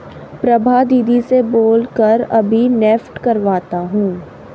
प्रभा दीदी से बोल कर अभी नेफ्ट करवाता हूं